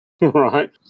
right